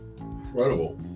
incredible